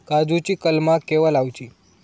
काजुची कलमा केव्हा लावची?